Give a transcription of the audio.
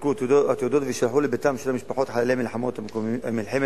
יונפקו התעודות ויישלחו לבתיהן של משפחות חיילי מלחמת הקוממיות.